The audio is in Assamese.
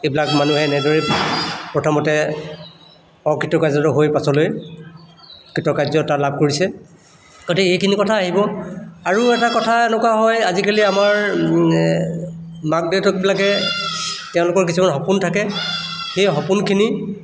এইবিলাক মানুহে এনেদৰেই প্ৰথমতে অকৃতকাৰ্য্য় হৈ পাছলৈ কৃতকাৰ্য্য়তা লাভ কৰিছে গতিকে এইখিনি কথা আহিব আৰু এটা কথা এনেকুৱা হয় আজিকালি আমাৰ মাক দেউতাকবিলাকে তেওঁলোকৰ কিছুমান সপোন থাকে সেই সপোনখিনি